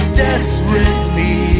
desperately